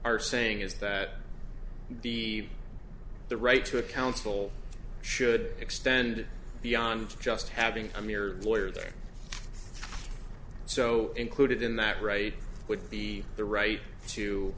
are saying is that the the right to a counsel should extend beyond just having a mere lawyer there so included in that right would be the right to